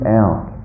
out